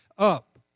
up